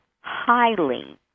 highly